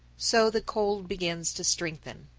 so the cold begins to strengthen.